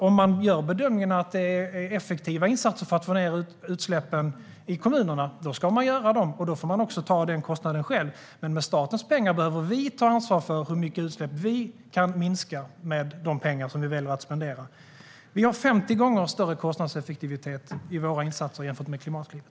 Om man gör bedömningen att insatserna är effektiva för att få ned utsläppen i kommunerna ska man göra dem, och då får man också ta den kostnaden själv. Men när det gäller statens pengar behöver vi ta ansvar för hur mycket vi kan minska utsläppen med de pengar vi väljer att spendera. Vi har 50 gånger större kostnadseffektivitet i våra insatser jämfört med Klimatklivet.